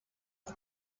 but